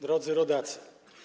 Drodzy Rodacy!